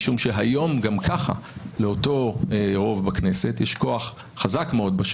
משום שהיום גם ככה לאותו רוב בכנסת יש כוח חזק מאוד.